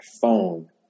phone